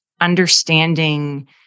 understanding